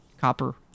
Copper